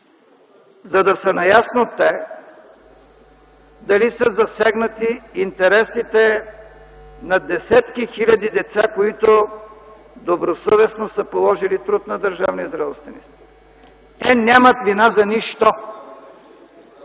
за да са наясно те дали са засегнати интересите на десетки хиляди деца, които добросъвестно са положили труд на държавния зрелостен изпит. Те нямат вина за нищо.